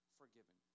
forgiven